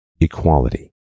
equality